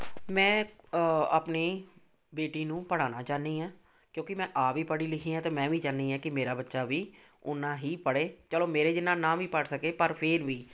ਮੈਂ ਆਪਣੀ ਬੇਟੀ ਨੂੰ ਪੜ੍ਹਾਉਣਾ ਚਾਹੁੰਦੀ ਹਾਂ ਕਿਉਂਕਿ ਮੈਂ ਆਪ ਵੀ ਪੜ੍ਹੀ ਲਿਖੀ ਹਾਂ ਅਤੇ ਮੈਂ ਵੀ ਚਾਹੁੰਦੀ ਹਾਂ ਕਿ ਮੇਰਾ ਬੱਚਾ ਵੀ ਉਨਾਂ ਹੀ ਪੜ੍ਹੇ ਚਲੋ ਮੇਰੇ ਜਿੰਨਾਂ ਨਾ ਵੀ ਪੜ੍ਹ ਸਕੇ ਪਰ ਫਿਰ ਵੀ